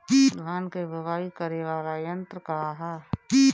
धान के बुवाई करे वाला यत्र का ह?